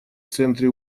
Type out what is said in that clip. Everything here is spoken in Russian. центре